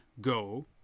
Go